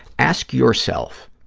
ask yourself,